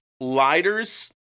lighters